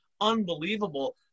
Unbelievable